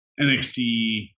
NXT